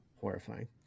horrifying